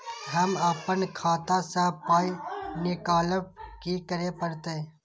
हम आपन खाता स पाय निकालब की करे परतै?